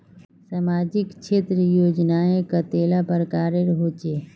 सामाजिक क्षेत्र योजनाएँ कतेला प्रकारेर होचे?